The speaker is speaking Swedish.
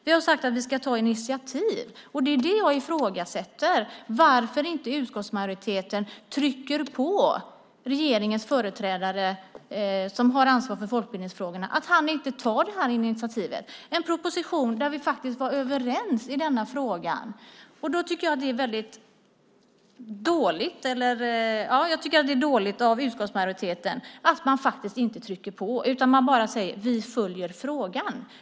Vi har sagt att vi ska ta initiativ, och därför undrar jag varför utskottsmajoriteten inte trycker på regeringens företrädare med ansvar för folkbildningsfrågorna att ta det initiativet. I den proposition som då behandlades var vi överens i denna fråga. Jag tycker att det är dåligt av utskottsmajoriteten att inte trycka på utan bara säga att man följer frågan.